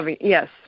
Yes